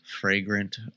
fragrant